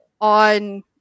on